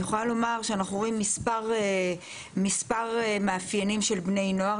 אני יכולה לומר שאנחנו רואים מספר מאפיינים של בני נוער,